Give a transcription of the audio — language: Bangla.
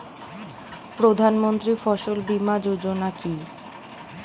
প্রধানমন্ত্রী ফসল বীমা যোজনা কি?